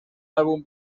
álbum